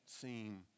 seem